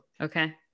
okay